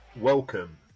welcome